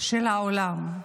של העולם.